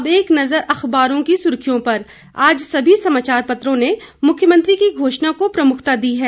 अब एक नजर अखबारों की सुर्खियों पर आज सभी समाचार पत्रों ने मुख्यमंत्री की घोषणा को प्रमुखता दी है